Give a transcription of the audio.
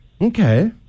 Okay